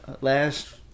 Last